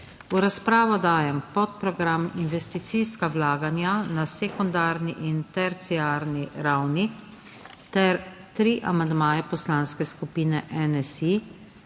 V razpravo dajem najprej podprogram Investicijska vlaganja na sekundarni in terciarni ravni ter tri amandmaje Poslanske skupine Nova